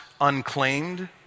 unclaimed